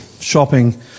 shopping